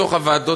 בתוך הוועדות,